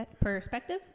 perspective